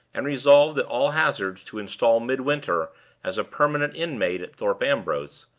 and resolved, at all hazards, to install midwinter as a permanent inmate at thorpe ambrose,